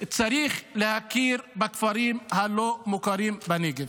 צריך להכיר בכפרים הלא-מוכרים בנגב.